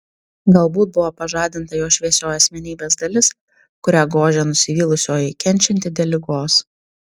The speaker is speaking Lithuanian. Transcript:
galbūt buvo pažadinta jos šviesioji asmenybės dalis kurią gožė nusivylusioji kenčianti dėl ligos